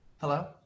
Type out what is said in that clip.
Hello